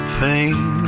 pain